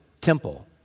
temple